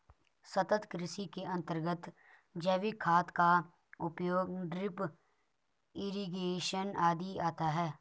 सतत् कृषि के अंतर्गत जैविक खाद का उपयोग, ड्रिप इरिगेशन आदि आता है